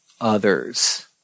others